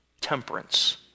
temperance